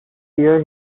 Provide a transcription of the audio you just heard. year